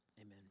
Amen